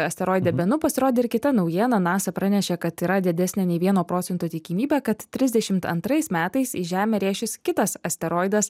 asteroide benu pasirodė ir kita naujiena nasa pranešė kad yra didesnė nei vieno procento tikimybė kad trisdešimt antrais metais į žemę rėšis kitas asteroidas